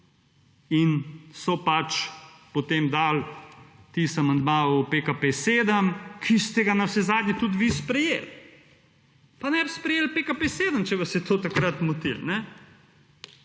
in so pač, potem dali tisti amandma v PKP 7, ki ste ga navsezadnje tudi vi sprejeli pa ne bi sprejeli PKP 7, če vas je to takrat motilo.